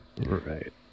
Right